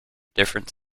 different